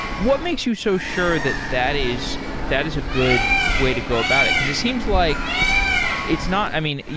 what makes you so sure that that is that is a good way to go about it? because it seems like it's not i mean,